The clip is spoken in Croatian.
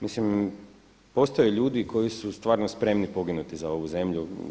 Mislim postoje ljudi koji su stvarno spremni poginuti za ovu zemlju.